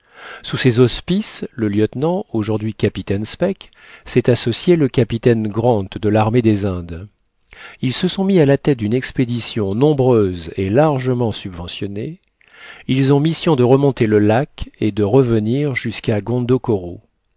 sous ses auspices le lieutenant aujourd'hui capitaine speke s'est associé le capitaine grant de l'armée des indes ils se sont mis à la tête d'une expédition nombreuse et largement subventionnée ils ont mission de remonter le lac et de re venir jusqu'à